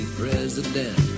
president